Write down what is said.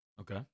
Okay